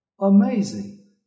Amazing